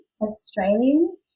Australian